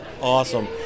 awesome